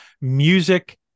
music